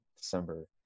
December